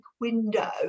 window